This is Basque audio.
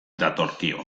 datorkio